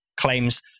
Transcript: claims